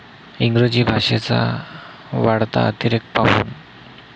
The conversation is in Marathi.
इंग्रजी भाषेचा वाढता अतिरेक पाहून